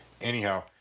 anyhow